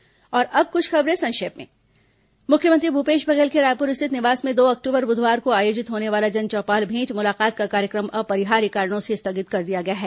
संक्षिप्त समाचार अब कुछ अन्य खबरें संक्षिप्त में मुख्यमंत्री भूपेश बघेल के रायपुर स्थित निवास में दो अक्टूबर बुधवार को आयोजित होने वाला जनचौपाल भेंट मुलाकात का कार्यक्रम अपरिहार्य कारणों से स्थगित कर दिया गया है